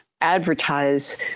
advertise